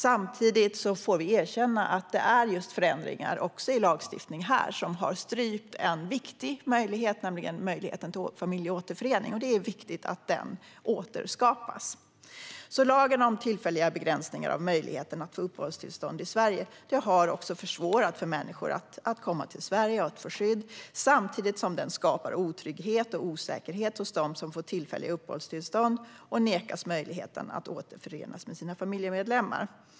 Samtidigt får man erkänna att det är förändringar i den här lagstiftningen som har strypt en viktig möjlighet, nämligen möjligheten till familjeåterförening. Det är viktigt att den återinförs. Lagen om tillfälliga begränsningar av möjligheten att få uppehållstillstånd i Sverige har försvårat för människor att få skydd i Sverige, samtidigt som den skapar otrygghet och osäkerhet hos dem som får tillfälliga uppehållstillstånd och nekas möjligheten att återförenas med sina familjemedlemmar.